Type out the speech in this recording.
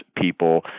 people